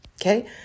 Okay